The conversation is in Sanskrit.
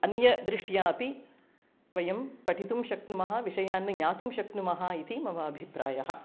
अन्य दृष्ट्यापि वयं पठितुं शक्नुमः विषयान् ज्ञातुं शक्नुमः इति मम अभिप्रायः